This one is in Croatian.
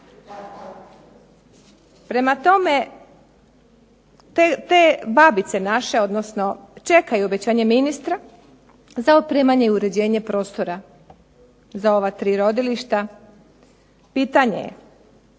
Prema tome, te babice naše čekaju obećanje ministra za opremanje i uređenje prostora za ova 3 rodilišta. Pitanje je,